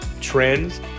trends